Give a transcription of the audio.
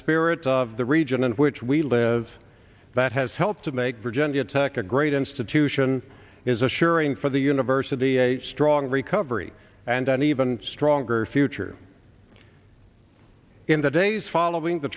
spirit of the region in which we live that has helped to make virginia tech a great institution is assuring for the university a strong recovery and an even stronger future in the days following the